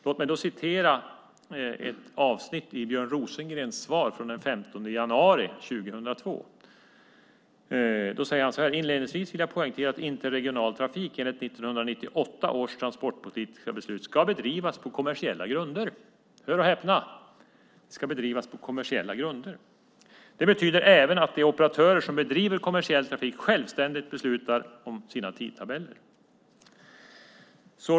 Låt mig citera ett avsnitt i Björn Rosengrens svar från den 15 januari 2002: "Inledningsvis vill jag poängtera att interregional trafik enligt 1998 års transportpolitiska beslut ska bedrivas på kommersiella grunder." Hör och häpna! Trafiken ska bedrivas på kommersiella grunder! Björn Rosengren säger vidare: "Det betyder även att de operatörer som bedriver kommersiell trafik självständigt beslutar om sina tidtabeller."